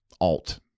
Alt